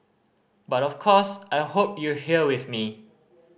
but of course I hope you're here with me